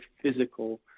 physical